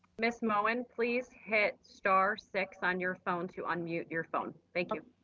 ms. moen, and please hit star-six on your phone to unmute your phone, thank you.